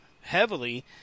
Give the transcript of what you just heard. heavily